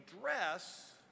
dress